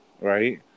Right